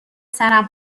سرم